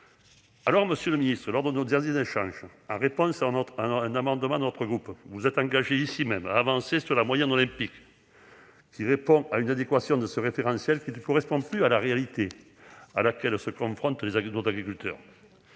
Monsieur le ministre, lors de nos derniers échanges, en réponse à un amendement de notre groupe, vous vous êtes engagés ici même à avancer sur la moyenne olympique. Il s'agit d'adapter ce référentiel, qui ne correspond plus à la réalité à laquelle sont confrontés nos agriculteurs.